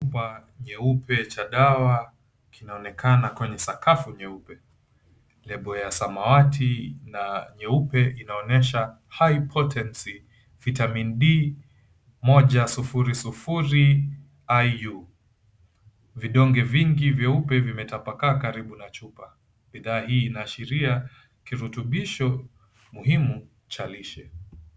Chupa nyeupe cha dawa kinaonekana sakafu nyeupe lebo ya samawati na nyeupe inaonyesha High Potency Vitamin D 1000IU, vidonge vingi vyeupe vimetapakaa karibu na chupa bidhaa hii inaashiria kirutubisho muhimu cha lishe.